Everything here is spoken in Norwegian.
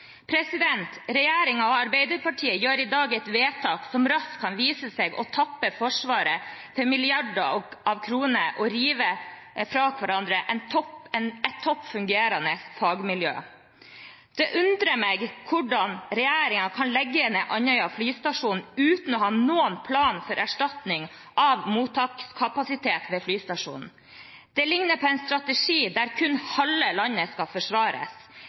og Arbeiderpartiet gjør i dag et vedtak som raskt kan vise seg å tappe Forsvaret for milliarder av kroner og rive fra hverandre et topp fungerende fagmiljø. Det undrer meg hvordan regjeringen kan legge ned Andøya flystasjon uten å ha noen plan for erstatning av mottakskapasitet ved flystasjonen. Det ligner på en strategi der kun halve landet skal forsvares.